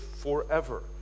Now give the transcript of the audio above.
forever